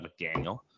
McDaniel